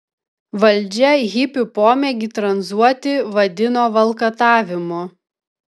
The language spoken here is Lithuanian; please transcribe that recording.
valdžia hipių pomėgį tranzuoti vadino valkatavimu